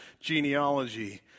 genealogy